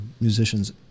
musicians